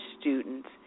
students